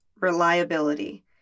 reliability